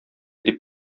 дип